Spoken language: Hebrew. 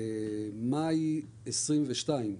במאי 22',